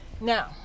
now